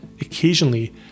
Occasionally